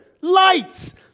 Lights